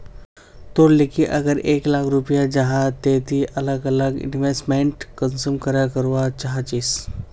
तोर लिकी अगर एक लाख रुपया जाहा ते ती अलग अलग इन्वेस्टमेंट कुंसम करे करवा चाहचिस?